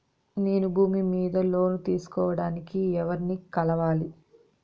నేను భూమి మీద లోను తీసుకోడానికి ఎవర్ని కలవాలి?